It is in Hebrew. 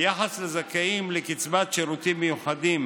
ביחס לזכאים לקצבת שירותים מיוחדים